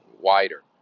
wider